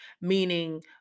meaning